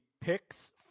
picks